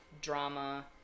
drama